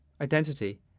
identity